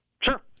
Sure